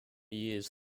years